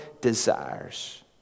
desires